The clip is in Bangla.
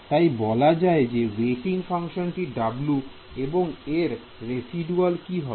তাই বলা যায় যে ওয়েটিং ফাংশনটি w এবং এর রেসিডুয়াল কি হবে